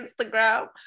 instagram